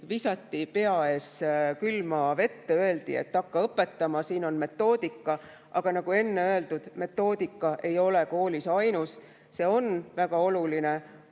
visatud, pea ees, külma vette ja öeldud, et hakka õpetama, siin on metoodika. Aga nagu enne öeldud, metoodika ei ole koolis ainus. See on väga oluline,